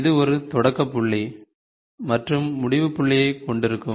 இது ஒரு தொடக்க புள்ளி மற்றும் முடிவு புள்ளியை கொண்டிருக்கும்